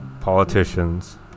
politicians